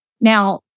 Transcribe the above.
now